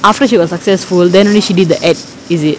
after she was successful then only she did the advertisement is it